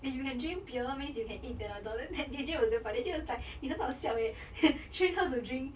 if you can drink beer means you can eat panadol than that jay jay was damn funny jay jay was like 你很好笑 eh train her to drink